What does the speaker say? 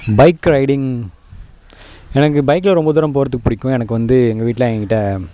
bike riding எனக்கு பைக்கில் ரொம்ப தூரம் போகிறதுக்கு பிடிக்கும் எனக்கு வந்து எங்கள் வீட்டில் என் கிட்டே